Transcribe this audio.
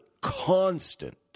constant